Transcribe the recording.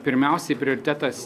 pirmiausiai prioritetas